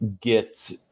get